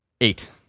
eight